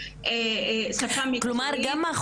כלומר,